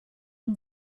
and